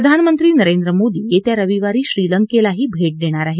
प्रधानमंत्री नरेंद्र मोदी येत्या रविवारी श्रीलंकेलाही भेट देणार आहेत